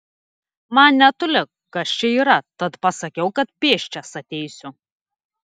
man netoli kas čia yra tad pasakiau kad pėsčias ateisiu